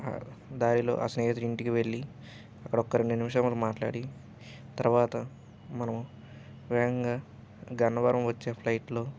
దాారిలో ఆ స్నేహితుడి ఇంటికి వెళ్ళి అక్కడ ఒక్క రెండు నిమిషములు మాట్లాడి తర్వాత మనము వేగంగా గన్నవరం వచ్చే ఫ్లయిట్లో